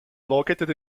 located